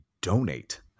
donate